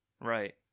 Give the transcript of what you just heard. Right